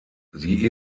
sie